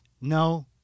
No